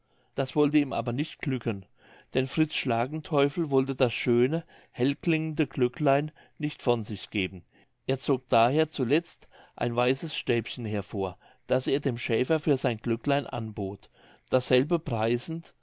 das wollte ihm aber nicht glücken denn fritz schlagenteufel wollte das schöne hellklingende glöcklein nicht von sich geben er zog daher zuletzt ein weißes stäbchen hervor das er dem schäfer für sein glöcklein anbot dasselbe preisend